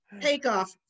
takeoff